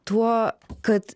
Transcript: tuo kad